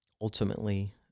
ultimately